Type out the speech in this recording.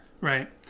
Right